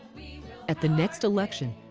at the next election,